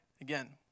Again